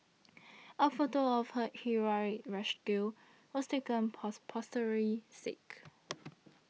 a photo of her heroic rescue was taken for posterity's sake